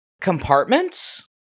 Compartments